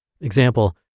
Example